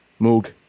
Moog